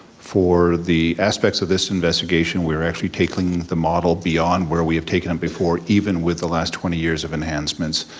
for the aspects of this investigation we're actually taking the model beyond where we have taken it before, even with the last twenty years of enhancements.